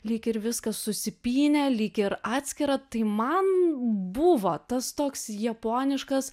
lyg ir viskas susipynę lyg ir atskira tai man buvo tas toks japoniškas